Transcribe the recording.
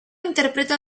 interpreta